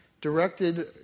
directed